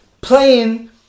playing